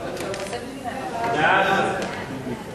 סעיפים 1 3